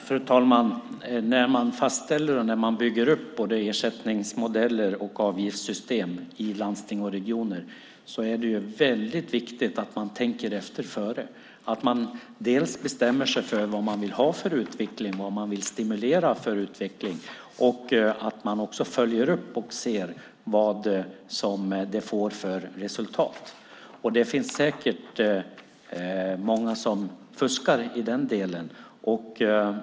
Fru talman! När man fastställer och bygger upp ersättningsmodeller och avgiftssystem i landsting och regioner är det viktigt att tänka efter före, att bestämma sig för vad man vill ha och stimulera i fråga om utveckling och att man följer upp resultaten. Det finns säkert många som fuskar i den delen.